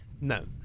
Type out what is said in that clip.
No